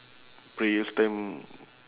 prayers time